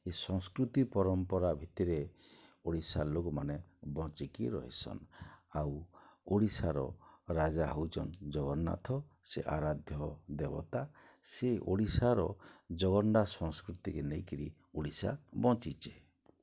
ଏ ସଂସ୍କୃତି ପରମ୍ପରା ଭିତିରେ ଓଡ଼ିଶାର୍ ଲୋକମାନେ ବଞ୍ଚିକି ରହିସନ୍ ଆଉ ଓଡ଼ିଶାର ରାଜା ହଉଛନ୍ ଜଗନ୍ନାଥ ସିଏ ଆରାଧ୍ୟ ଦେବତା ସିଏ ଓଡ଼ିଶାର ଜଗନ୍ନାଥ ସଂସ୍କୃତିକି ନେଇକିରି ଓଡ଼ିଶା ବଞ୍ଚିଛେ